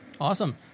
Awesome